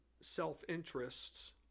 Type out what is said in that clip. self-interests